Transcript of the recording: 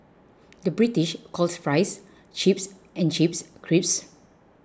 the British calls Fries Chips and Chips Crisps